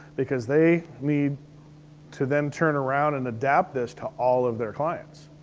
because they need to then turn around and adapt this to all of their clients.